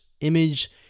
image